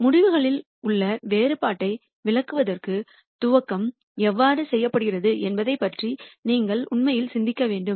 எனவே முடிவுகளில் உள்ள வேறுபாட்டை விளக்குவதற்கு துவக்கம் எவ்வாறு செய்யப்படுகிறது என்பதைப் பற்றி நீங்கள் உண்மையில் சிந்திக்க வேண்டும்